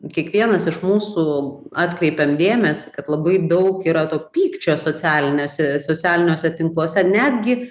kiekvienas iš mūsų atkreipiam dėmesį kad labai daug yra to pykčio socialinėse socialiniuose tinkluose netgi